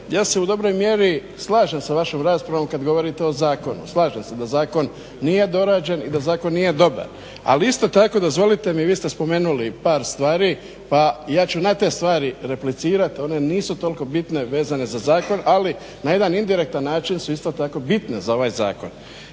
Ja se u dobroj mjeri slažem sa vašom raspravom kad govorite o zakonu. Slažem se da zakon nije dorađen i da zakon nije dobar. Ali isto tako dozvolite mi i vi ste spomenuli par stvari, pa ja ću na te stvari replicirat. One nisu toliko bitne, vezane za zakon. Ali na jedan indirektan način su isto tako bitne za ovaj zakon.